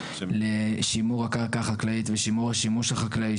לשימור הקרקע החקלאית ושימור השימוש החקלאי,